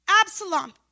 Absalom